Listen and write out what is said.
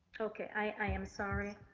okay, i am sorry,